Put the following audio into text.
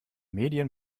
medien